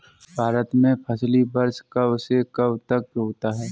भारत में फसली वर्ष कब से कब तक होता है?